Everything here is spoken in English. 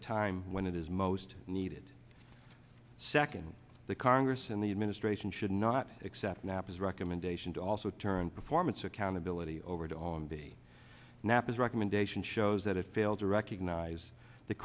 a time when it is most needed second the congress and the administration should not accept napa's recommendation to also turn performance accountability over to on the nappies recommendation shows that it failed to recognize the